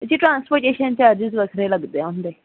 ਜੀ transportation charges ਵੱਖਰੇ ਲੱਗਦੇ ਹੈ ਉਹਦੇ